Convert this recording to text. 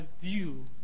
view